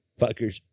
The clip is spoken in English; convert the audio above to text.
Fuckers